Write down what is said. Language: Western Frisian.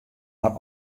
har